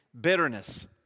bitterness